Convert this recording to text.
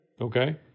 Okay